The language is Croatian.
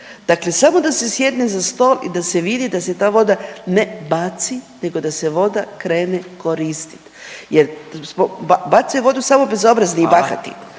dakle da se samo sjedne za stol i da se vidi i da se ta voda ne baci nego da se voda krene koristit jer bacaju vodi samo bezobrazni i bahati.